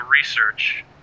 research